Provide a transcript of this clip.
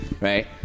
right